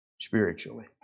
spiritually